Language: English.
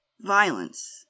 violence